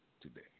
today